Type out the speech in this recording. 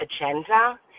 agenda